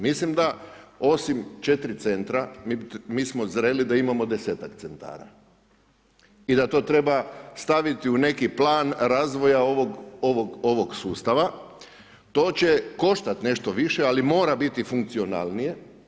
Mislim da osim 4 centra, mi smo zreli da imamo 10-ak centara i da to treba staviti u neki plan razvoja ovog sustava, to će koštat nešto više, ali mora biti funkcionalnije.